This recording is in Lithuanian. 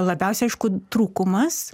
labiausia aišku trūkumas